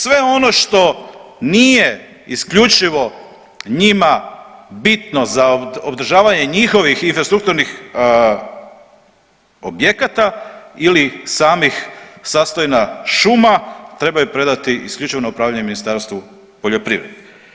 Sve ono što nije isključivo njima bitno za održavanje njihovih infrastrukturnih objekata ili samih sastojna šuma trebaju predati isključivo na upravljanje Ministarstvu poljoprivrede.